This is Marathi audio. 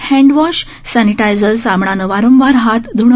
हँडवॉश सॅनिटायझर साबणाने वारंवार हात ध्वावे